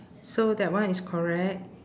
so that one is correct